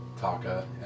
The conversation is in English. Taka